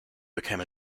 became